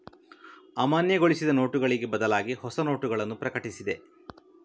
ಅಮಾನ್ಯಗೊಳಿಸಿದ ನೋಟುಗಳಿಗೆ ಬದಲಾಗಿಹೊಸ ನೋಟಗಳನ್ನು ಪ್ರಕಟಿಸಿದೆ